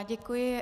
Děkuji.